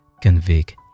convict